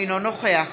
אינו נוכח